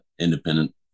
independent